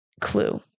clue